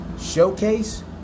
Showcase